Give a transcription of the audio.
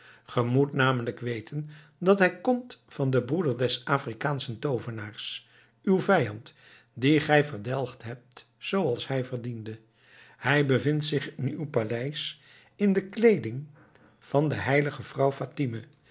moet namelijk weten dat hij komt van den broeder des afrikaanschen toovenaars uw vijand dien gij verdelgd hebt zooals hij verdiende hij bevindt zich in uw paleis in de kleeding van de heilige vrouw fatime